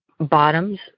bottoms